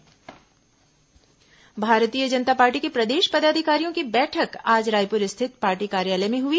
भाजपा बैठक भारतीय जनता पार्टी के प्रदेश पदाधिकारियों की बैठक आज रायपुर स्थित पार्टी कार्यालय में हुई